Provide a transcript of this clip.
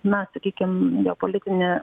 na sakykim geopolitinė